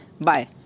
bye